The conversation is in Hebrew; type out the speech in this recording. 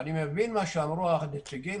אני מבין מה שאמרו הנציגים,